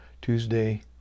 Tuesday